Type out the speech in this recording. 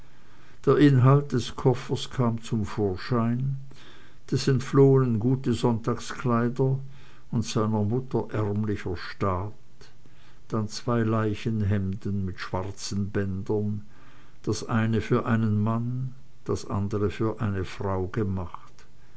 der inhalt des koffers kam zum vorschein des entflohenen gute sonntagskleider und seiner mutter ärmlicher staat dann zwei leichenhemden mit schwarzen bändern das eine für einen mann das andere für eine frau gemacht